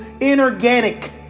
inorganic